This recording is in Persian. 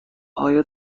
های